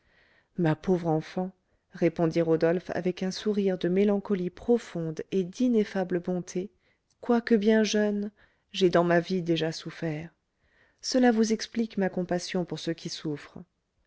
ma pauvre enfant répondit rodolphe avec un sourire de mélancolie profonde et d'ineffable bonté quoique bien jeune j'ai dans ma vie déjà souffert cela vous explique ma compassion pour ceux qui souffrent